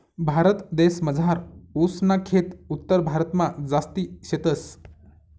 भारतदेसमझार ऊस ना खेत उत्तरभारतमा जास्ती शेतस